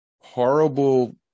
horrible